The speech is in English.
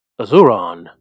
Azuron